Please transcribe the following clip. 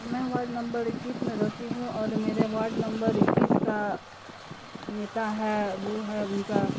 میں ward number اکیس میں رہتی ہوں اور میرے وارڈ نمبر اکیس کا نیتا ہے وہ ہے ان کا